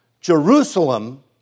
Jerusalem